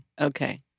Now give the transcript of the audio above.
Okay